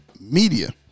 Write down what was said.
media